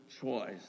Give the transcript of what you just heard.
choice